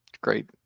Great